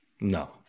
No